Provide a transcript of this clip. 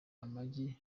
amagi